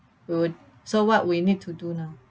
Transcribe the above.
would so what we need to do now